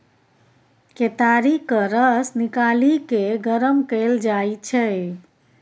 केतारीक रस निकालि केँ गरम कएल जाइ छै